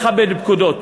פקודות.